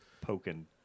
poking